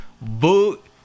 boot